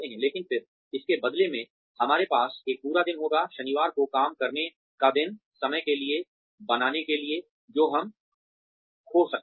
लेकिन फिर इसके बदले में हमारे पास एक पूरा दिन होगा शनिवार को काम करने का दिन समय के लिए बनाने के लिए जो हम खो सकते हैं